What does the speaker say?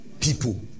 people